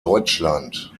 deutschland